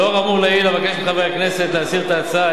לאור האמור לעיל אבקש מחברי הכנסת להסיר את ההצעה,